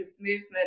movement